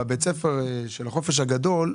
בבית הספר של החופש הגדול,